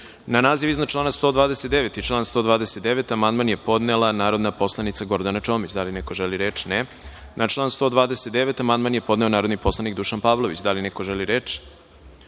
naziv iznad člana 129. i član 129. amandman je podnela narodna poslanica Gordana Čomić. Da li neko želi reč? (Ne.)Na član 129. amandman je podneo narodni poslanik Dušan Pavlović. Da li neko želi reč?